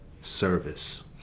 service